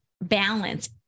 balance